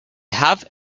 have